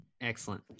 Excellent